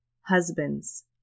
husbands